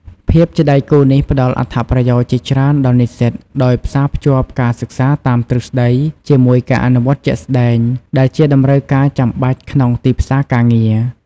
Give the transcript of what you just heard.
ភាពជាដៃគូនេះផ្ដល់អត្ថប្រយោជន៍ជាច្រើនដល់និស្សិត ដោយផ្សារភ្ជាប់ការសិក្សាតាមទ្រឹស្ដីជាមួយការអនុវត្តជាក់ស្ដែង ដែលជាតម្រូវការចាំបាច់ក្នុងទីផ្សារការងារ។